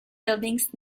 buildings